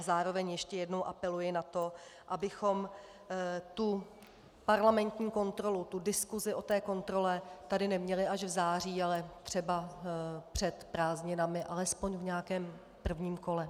Zároveň ještě jednou apeluji na to, abychom parlamentní kontrolu, diskusi o té kontrole, tady neměli až v září, ale třeba před prázdninami alespoň v nějakém prvním kole.